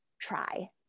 try